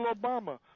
Obama